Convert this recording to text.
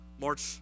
March